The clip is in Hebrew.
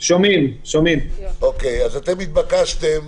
אתם התבקשתם